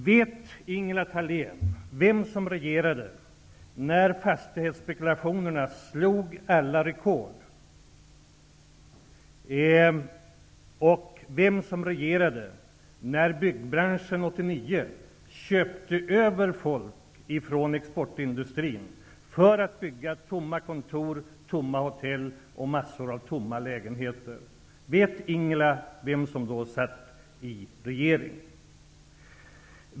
Vet Ingela Thalén vilka som regerade när fastighetsspekulationerna slog alla rekord och vilka som regerade när byggbranschen 1989 köpte över folk från exportindustrin för att bygga kontor, hotell och massor av lägenheter som nu står tomma? Vet Ingela Thalén vilka som då satt i regeringen?